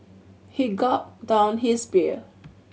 he gulped down his beer